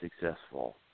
successful